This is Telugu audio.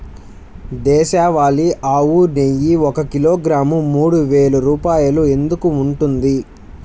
దేశవాళీ ఆవు నెయ్యి ఒక కిలోగ్రాము మూడు వేలు రూపాయలు ఎందుకు ఉంటుంది?